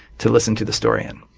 to listen to the story in.